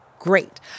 Great